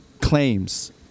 claims